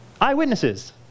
eyewitnesses